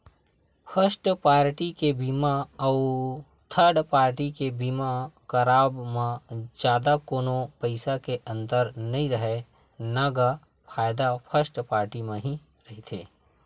first party के बीमा अउ थर्ड पाल्टी के बीमा करवाब म जादा कोनो पइसा के अंतर नइ राहय न गा फायदा फस्ट पाल्टी म ही रहिथे